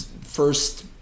first